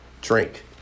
Drink